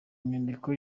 nyandiko